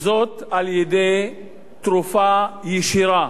וזאת על-ידי תרופה ישירה,